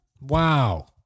Wow